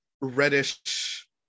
reddish